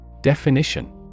Definition